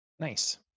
Nice